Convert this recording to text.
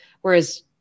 Whereas